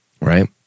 Right